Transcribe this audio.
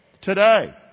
Today